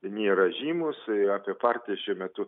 nėra žymūs apie partijas šiuo metu